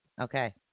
Okay